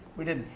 we didn't.